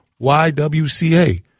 YWCA